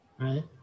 Right